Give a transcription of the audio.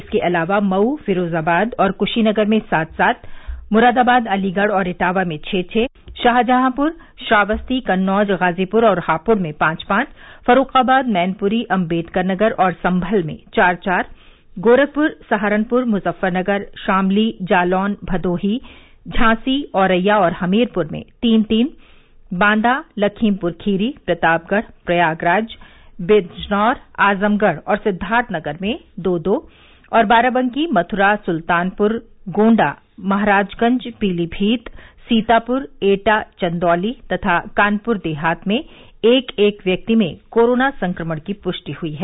इसके अलावा मऊ फिरोजाबाद क्शीनगर में सात सात मुरादाबाद अलीगढ़ इटावा में छः छः शाहजहांपुर श्रावस्ती कन्नौज गाजीपुर हापुड़ में पांच पांच फर्रुखाबाद मैनपूरी अम्बेडकरनगर संमल में चार चार गोरखपूर सहारनपूर मुजफूफरनगर शामली जालौन भदोही झांसी औरैया हमीरपूर में तीन तीन बादा लखीमप्र खीरी प्रतापगढ़ प्रयागराज बिजनौर आजमगढ़ सिद्दार्थनगर में दो दो और बाराबंकी मथुरा सुल्तानप्र गोण्डा महाराजगंज पीलीमीत सीतापुर एटा चंदौली तथा कानपुर देहात में एक एक व्यक्ति में कोरोना संक्रमण की पुष्टि हुई है